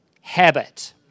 habit